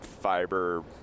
fiber